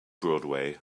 broadway